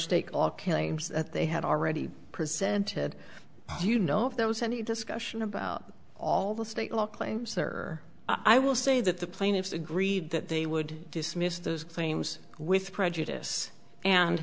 killings that they had already presented do you know if there was any discussion about all the state law claims or i will say that the plaintiffs agreed that they would dismiss those claims with prejudice and